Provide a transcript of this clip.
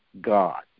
God